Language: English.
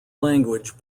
language